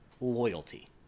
loyalty